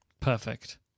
Perfect